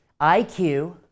IQ